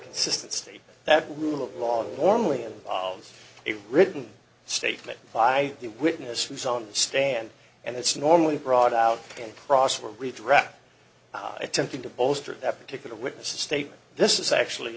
consistent state that rule of law warmly and a written statement by the witness was on the stand and it's normally brought out and cross were redraft attempting to bolster that particular witness statement this is actually